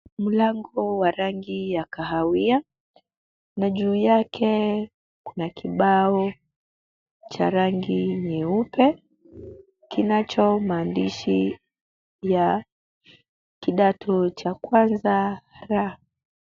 Mlango wa rangi ya kahawia na juu yake kuna kibao cha rangi nyeupe, kinacho maadishi ya kidato cha kwanza R.